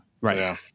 Right